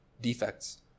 defects